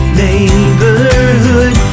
neighborhood